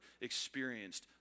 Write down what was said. experienced